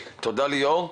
תודה, ליאור.